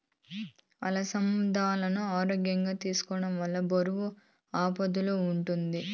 అలసందాలను ఆహారంగా తీసుకోవడం వల్ల బరువు అదుపులో ఉంటాది